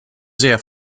sehr